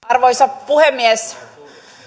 arvoisa puhemies